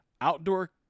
outdoor